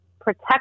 protect